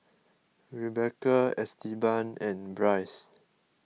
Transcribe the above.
Rebeca Esteban and Brice